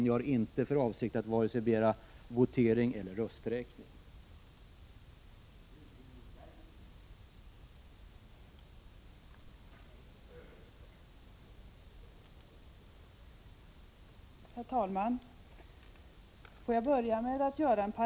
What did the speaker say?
Jag har inte för avsikt att begära vare sig votering eller rösträkning.